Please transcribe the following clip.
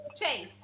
Chase